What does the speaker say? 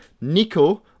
Nico